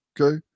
Okay